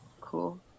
Cool